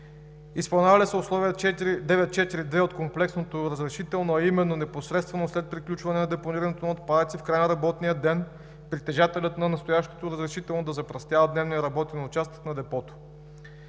Изпълнява ли се условие 9.4.2 от комплексното разрешително, а именно „Непосредствено след приключване на депонирането на отпадъци, в края на работния ден, притежателят на настоящото разрешително да запръстява дневния работен участък на депото.“?